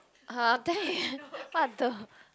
[huh] okay what the